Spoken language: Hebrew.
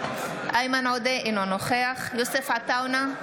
איימן עודה, אינו נוכח יוסף עטאונה,